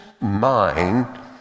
mind